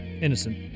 Innocent